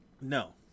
No